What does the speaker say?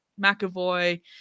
McAvoy